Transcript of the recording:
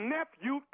Nephew